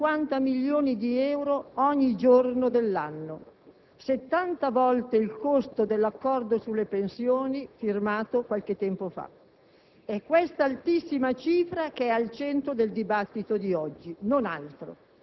200 miliardi di euro ogni anno; 550 milioni di euro ogni giorno dell'anno; 70 volte il costo dell'accordo sulle pensioni firmato qualche tempo fa.